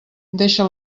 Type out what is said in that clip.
deixa